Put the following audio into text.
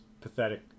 pathetic